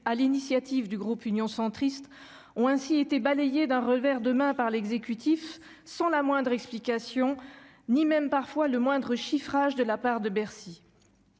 l'initiative du groupe Union Centriste, ont ainsi été balayées d'un revers de main par l'exécutif, sans la moindre explication, ni même parfois le moindre chiffrage de la part de Bercy.